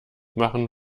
machen